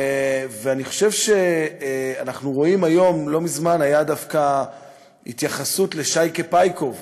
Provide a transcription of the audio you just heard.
לא מזמן הייתה התייחסות לשייקה פייקוב,